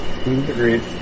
Agreed